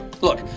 Look